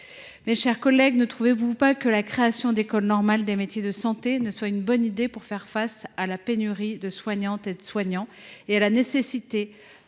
Mes chers collègues, ne trouvez vous pas que la création d’écoles normales des métiers de la santé serait une bonne idée pour faire face à la pénurie de soignantes et de soignants et pour répondre